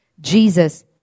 Jesus